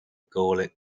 gallic